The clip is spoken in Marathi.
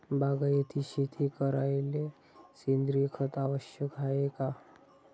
बागायती शेती करायले सेंद्रिय खत आवश्यक हाये का?